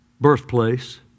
birthplace